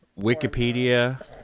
Wikipedia